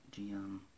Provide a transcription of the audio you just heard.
GM